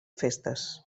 festes